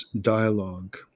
dialogue